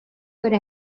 would